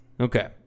Okay